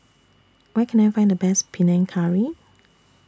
Where Can I Find The Best Panang Curry